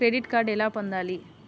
Credit card ఎలా పొందాలి?